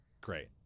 Great